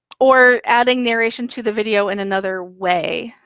or adding narration to the video in another way